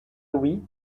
louis